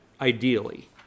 ideally